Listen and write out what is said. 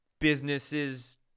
businesses